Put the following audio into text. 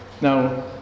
Now